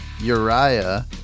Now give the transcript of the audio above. Uriah